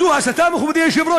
זו הסתה, מכובדי היושב-ראש?